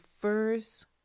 first